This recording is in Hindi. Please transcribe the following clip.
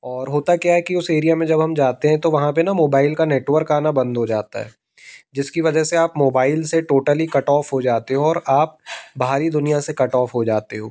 और होता क्या है कि उस एरिया में जब हम जाते हैं तो वहाँ पे न मोबाईल का नेटवर्क आना बंद हो जाता है जिसकी वजह से आप मोबाईल से टोटली कट ऑफ हो जाते हो और आप बाहरी दुनिया से कट ऑफ हो जाते हो